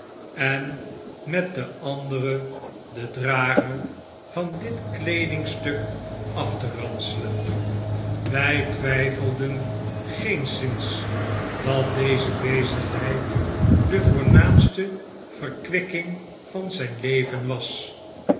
en met de andere den drager van dit kleedingstuk af te ranselen wj twyfelen geenszins dat deze bezigheid de voornaamste verkwikking van zijn leven was